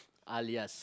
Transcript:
alias